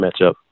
matchup